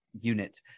unit